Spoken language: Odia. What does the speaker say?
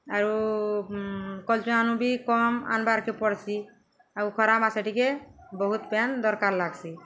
ଆରୁ କଲ୍ଚୁଆଁନୁ ବି କମ୍ ଆନ୍ବାର୍କେ ପଡ଼୍ସି ଆଉ ଖରା ମାସେ ଟିକେ ବହୁତ୍ ପ୍ୟାନ୍ ଦର୍କାର୍ ଲାଗ୍ସି